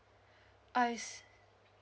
I